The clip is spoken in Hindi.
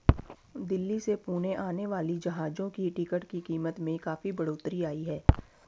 दिल्ली से पुणे आने वाली जहाजों की टिकट की कीमत में काफी बढ़ोतरी आई है